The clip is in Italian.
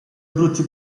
brutti